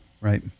right